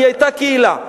כי היתה קהילה.